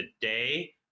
today